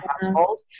household